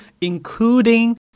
including